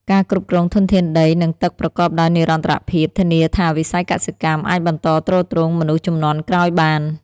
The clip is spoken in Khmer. ការគ្រប់គ្រងធនធានដី និងទឹកប្រកបដោយនិរន្តរភាព ធានាថាវិស័យកសិកម្មអាចបន្តទ្រទ្រង់មនុស្សជំនាន់ក្រោយបាន។